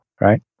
right